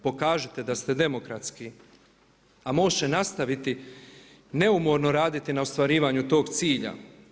Pokažite da ste demokratski a MOST će nastaviti neumorno raditi na ostvarivanju tog cilja.